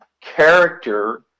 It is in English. character